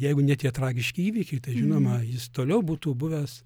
jeigu ne tie tragiški įvykiai tai žinoma jis toliau būtų buvęs